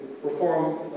reform